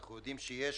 אנחנו יודעים שיש